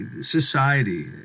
society